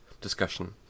discussion